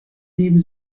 neben